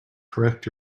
correct